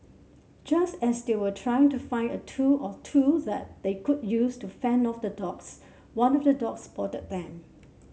just as they were trying to find a tool or two that they could use to fend off the dogs one of the dogs spotted them